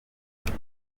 mutwe